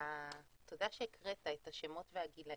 תודה שהקראת את השמות והגילאים.